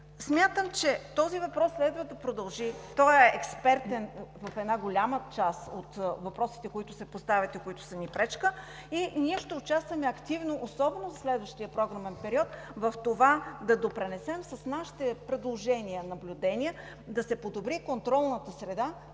Смятам, че този въпрос следва да продължи. Той е експертен в една голяма част от въпросите, които се поставят и които са ни пречка – ние ще участваме активно, особено за следващия програмен период в това да допринесем с нашите предложения и наблюдения да се подобри контролната среда,